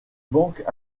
banques